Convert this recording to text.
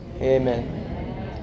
Amen